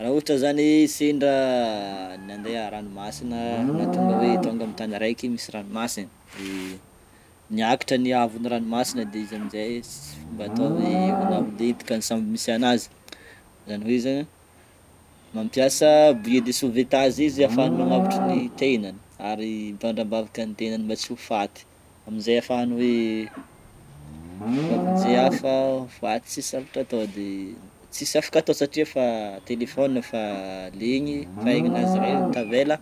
Raha ôhatra zany sendra nandeha ranomasina na tonga hoe tonga amin'ny tany raiky misy ranomasina de niakatra ny ahavon'ny ranomasina de izy amin'jay tsisy fomba atao hoe na holentika ny sambo misy anazy, zany hoe zegny mampiasa bouée de sauvetage izy afahany magnavotro ny tegnany, ary mitondra ambavaka ny tegnany mba tsy ho faty amin'izay afahany hoe mba vonjeo aho fa hofaty tsisy zavatra atao, de tsisy afaka atao satria efa telefaonina efa legny, efa aigninazy rery ny tavela